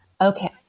Okay